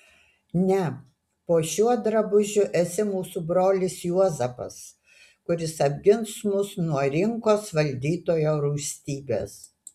ne po šiuo drabužiu esi mūsų brolis juozapas kuris apgins mus nuo rinkos valdytojo rūstybės